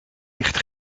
licht